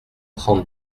trente